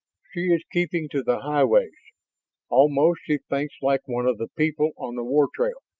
she is keeping to the high ways almost she thinks like one of the people on the war trail.